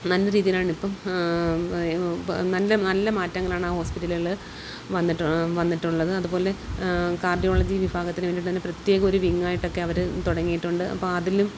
നല്ല രീതിയിലാണിപ്പം നല്ല നല്ല മാറ്റങ്ങളാണ് ഹോസ്പിറ്റലുകൾ വന്നിട്ട് വന്നിട്ടുള്ളത് അതുപോലെ കാർഡ്യോളജി വിഭാഗത്തിനു വേണ്ടിയിട്ടൊരു പ്രത്യേകമൊരു വിങ്ങായിട്ടൊക്കെ അവർ തുടങ്ങിയിട്ടുണ്ട് അപ്പം അതിലും